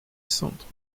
centre